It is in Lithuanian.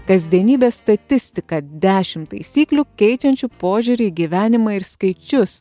kasdienybės statistika dešim taisyklių keičiančių požiūrį į gyvenimą ir skaičius